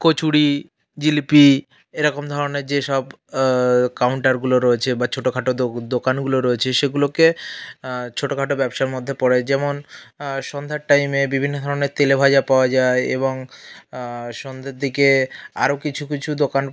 কচুরি জিলিপি এরকম ধরনের যেসব কাউন্টারগুলো রয়েছে বা ছোটো খাটো দোকানগুলো রয়েছে সেগুলোকে ছোটো খাটো ব্যবসার মধ্যে পড়ে যেমন সন্ধ্যার টাইমে বিভিন্ন ধরনের তেলে ভাজা পাওয়া যায় এবং সন্ধের দিকে আরো কিছু কিছু দোকান